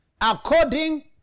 According